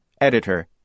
Editor